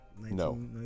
No